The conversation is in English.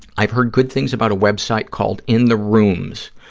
i've heard good things about a web site called in the rooms,